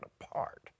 apart